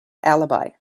alibi